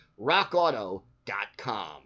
rockauto.com